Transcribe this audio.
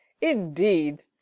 indeed